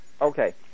Okay